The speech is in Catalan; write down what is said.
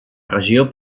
regió